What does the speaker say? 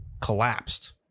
collapsed